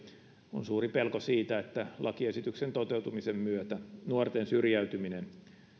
on suuri pelko siitä että lakiesityksen toteutumisen myötä nuorten syrjäytyminen